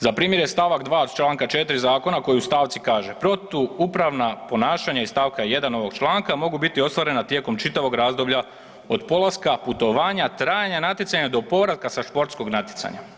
Za primjer je stavak 2. Članka 4. zakona koji u stavci kaže protupravna ponašanja iz stavka 1. ovog članka mogu biti ostvarena tijekom čitavog razdoblja od polaska, putovanja, trajanja natjecanja do povratka sa športskog natjecanja.